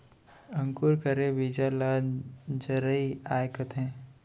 अंकुर करे बीजा ल जरई आए कथें